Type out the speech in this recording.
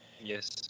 Yes